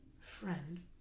friend